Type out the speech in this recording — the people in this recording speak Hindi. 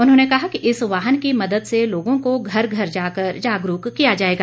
उन्होंने कहा कि इस वाहन की मदद से लोगों को घर घर जाकर जागरूक किया जाएगा